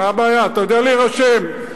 לך להירשם.